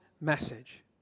message